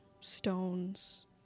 stones